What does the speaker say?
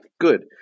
Good